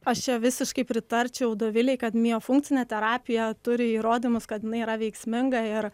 aš čia visiškai pritarčiau dovilei kad miofunkcinė terapija turi įrodymus kad jinai yra veiksminga ir